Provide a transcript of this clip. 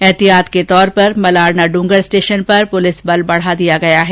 ऐहतियात के तौर पर मलारनाडूंगर स्टेशन पर पुलिस बल बढा दिया गया है